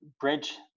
bridge